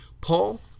Paul